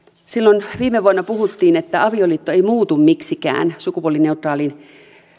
silloin viime vuonna puhuttiin että avioliitto ei muutu miksikään sukupuolineutraalin